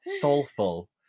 soulful